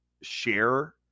share